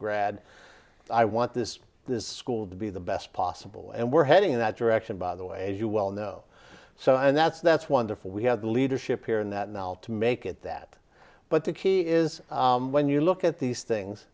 grad i want this this school to be the best possible and we're heading in that direction by the way as you well know so and that's that's wonderful we have the leadership here in that now to make it that but the key is when you look at these things